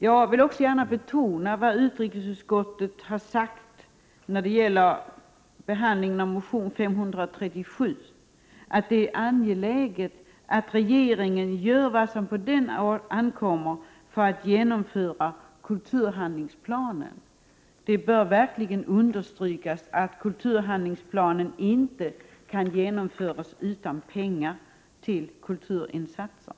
Jag vill också gärna betona vad utrikesutskottet har sagt när det gäller behandlingen av motion U537, att det är angeläget att regeringen gör vad Prot. 1988/89:63 som på den ankommer för att genomföra kulturhandlingsplanen. Det bör 8 februari 1989 verkligen understrykas att kulturhandlingsplanen inte kan genomföras utan Nordlkteaiiarbetela pengar till kulturinsatser.